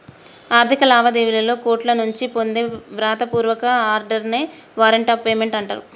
ఆర్థిక లావాదేవీలలో కోర్టుల నుంచి పొందే వ్రాత పూర్వక ఆర్డర్ నే వారెంట్ ఆఫ్ పేమెంట్ అంటరు